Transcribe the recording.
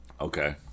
Okay